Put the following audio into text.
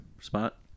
spot